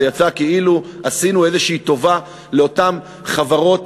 זה יצא כאילו עשינו איזושהי טובה לאותן חברות.